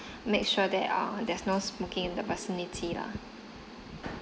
make sure that err there's no smoking in the vicinity lah